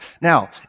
Now